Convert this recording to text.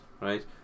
right